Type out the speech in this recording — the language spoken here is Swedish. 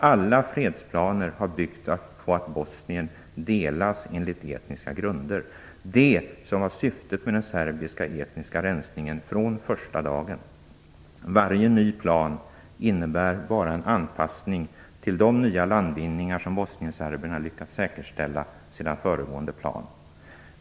Alla fredsplaner har byggt på att Bosnien delas enligt etniska grunder, det som var syftet med den serbiska etniska rensningen från den första dagen. Varje ny plan innebär bara en anpassning till de nya landvinningar som bosnienserberna har lyckats säkerställa sedan föregående plan.